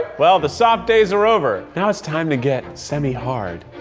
well, the soft days are over. now it's time to get semi-hard.